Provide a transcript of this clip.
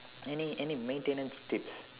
any any maintenance tips